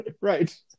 Right